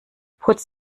putz